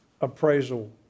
appraisal